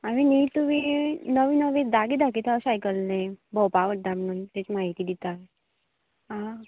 आमी न्ही तुमी नवी नवी जागे दाखयता अशें आयकलां आमी भोंवपाक म्हणटा ती म्हायती दिता आं